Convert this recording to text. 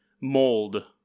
mold